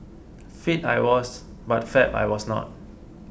fit I was but fab I was not